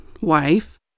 wife